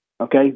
Okay